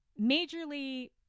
majorly